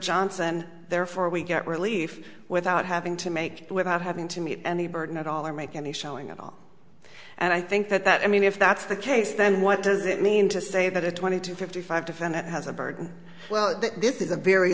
johnson and therefore we get relief without having to make it without having to meet any burden at all or make any showing at all and i think that that i mean if that's the case then what does it mean to say that a twenty to fifty five defendant has a burden well this is a very